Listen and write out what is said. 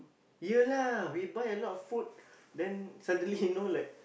you lah we buy a lot of food then suddenly no like